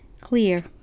clear